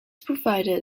provided